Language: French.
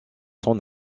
son